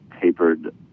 tapered